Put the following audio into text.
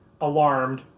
alarmed